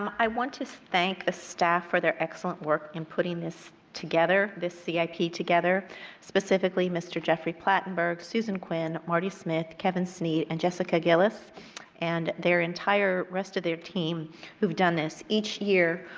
um i want to thank staff for their excellent work in putting this together. this c i p. together specifically mr. jeffrey platenberg, susan quinn, marty smith, kevin snead and jessica gillis and the entire rest of their team who have done this each year.